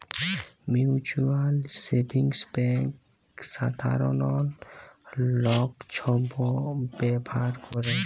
mutual savings bank সাধারল লক ছব ব্যাভার ক্যরে